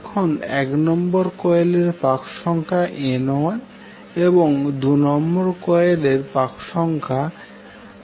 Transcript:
এখন এক নম্বর কয়েলের পাক সংখ্যা N1এবং দুনম্বর কয়েল ের পাকের সংখ্যা N2